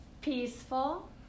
Peaceful